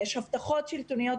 ניתנו כאן הבטחות שלטוניות.